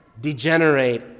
degenerate